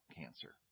cancer